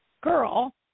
girl